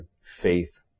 faith